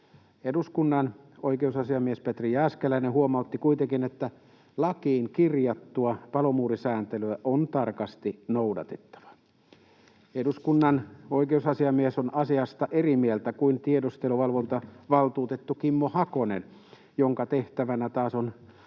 Eduskunnan oikeusasiamies Petri Jääskeläinen huomautti kuitenkin, että lakiin kirjattua palomuurisääntelyä on tarkasti noudatettava. Eduskunnan oikeusasiamies on asiasta eri mieltä kuin tiedusteluvalvontavaltuutettu Kimmo Hakonen, jonka tehtävänä taas on